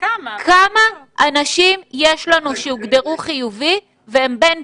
כמה אנשים יש לנו שהוגדרו חיוביים והם בין